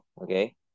Okay